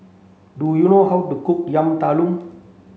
do you know how to cook Yam Talam